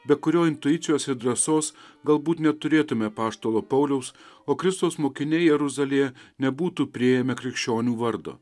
be kurio intuicijos ir drąsos galbūt neturėtume apaštalo pauliaus o kristaus mokiniai jeruzalėje nebūtų priėmę krikščionių vardo